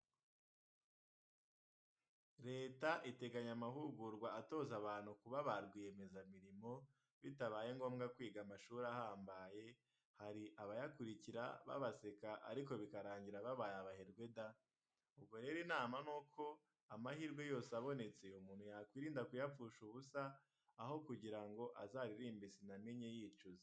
Leta iteganya amahugurwa atoza abantu kuba ba rwiyemezamirimo, bitabaye ngombwa kwiga amashuri ahambaye, hari abayakurikira babaseka ariko bikarangira babaye abaherwe da! Ubwo rero inama ni uko amahirwe yose abonetse umuntu yakwirinda kuyapfusha ubusa aho kugira ngo azaririmbe sinamenye yicuza.